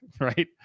right